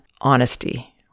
honesty